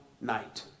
night